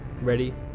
ready